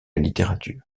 littérature